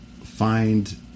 find